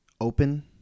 open